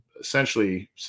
essentially